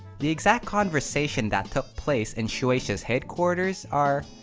the exact conversation that took place in shueisha's headquarters are,